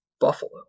Buffalo